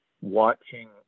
watching